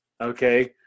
Okay